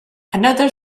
another